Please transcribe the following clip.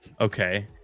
okay